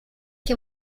que